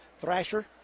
Thrasher